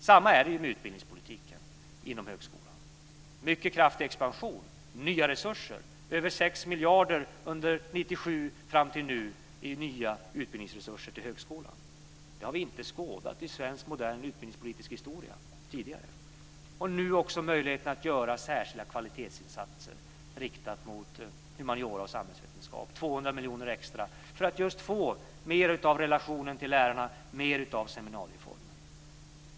Samma är det med utbildningspolitiken inom högskolan. Där sker en mycket kraftig expansion med nya resurser. Högskolan har fått över 6 miljarder från 1997 fram till nu i nya utbildningsresurser. Det har vi inte tidigare skådat i svensk modern utbildningspolitisk historia. Nu har vi också möjligheter att göra särskilda kvalitetsinsatser riktade till humaniora och samhällsvetenskap, 200 miljoner extra, för att just få mer av relationen till lärarna och mer av seminarieformen.